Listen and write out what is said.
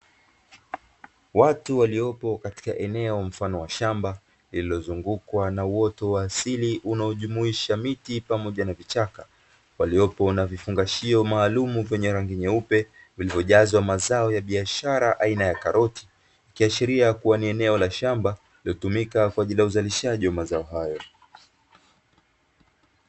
Watu waliopo katika eneo mfano wa shamba lililozungukwa na uoto wa asili unaojumuisha miti pamoja na vichaka. Waliopo na vifungashio maalumu vyenye rangi nyeupe vilivyojazwa mazao ya biashara aina ya karoti, ikiashiria kuwa ni eneo la shamba linalotumika kwa ajili ya uzalishaji wa mazao hayo.